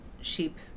sheep